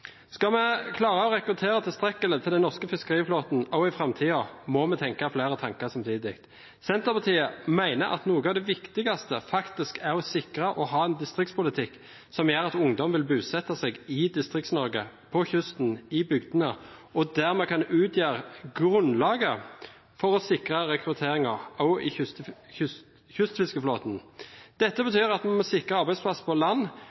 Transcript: Skal vi klare å rekruttere tilstrekkelig til den norske fiskeflåten i framtiden, må vi tenke flere tanker samtidig. Senterpartiet mener at noe av det viktigste faktisk er å sikre at vi har en distriktspolitikk som gjør at ungdom vil bosette seg i Distrikts-Norge, på kysten, i bygdene, og dermed kan utgjøre grunnlaget for å sikre rekrutteringen også til kystfiskeflåten. Dette betyr at vi må sikre arbeidsplasser på land,